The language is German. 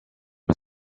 mit